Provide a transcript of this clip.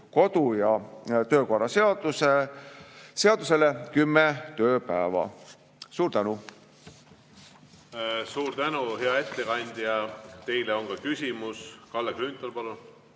kodu‑ ja töökorra seadusele kümme tööpäeva. Suur tänu! Suur tänu, hea ettekandja! Teile on ka küsimusi. Kalle Grünthal, palun!